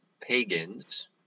pagans